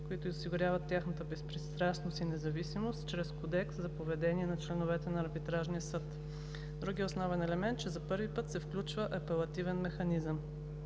които осигуряват тяхната безпристрастност и независимост, чрез кодекс за поведението на членовете на арбитражния съд. Другият основен елемент е, че за първи път се включва апелативен механизъм.